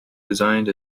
designed